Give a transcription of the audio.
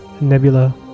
Nebula